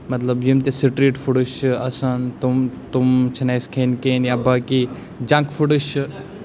مطلب یِم تہِ سِٹرٛیٖٹ فُدٕز چھِ اَسان تِم تِم چھِنہٕ اَسِہ کھیٚنۍ کِہینۍ یا باقٕے جنٛک فُڈٕز چھِ